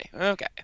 Okay